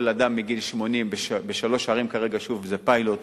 כל אדם מגיל 80, בשלוש ערים כרגע, שוב, זה פיילוט,